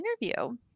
interview